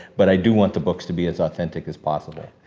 but i do want the books to be as authentic as possible.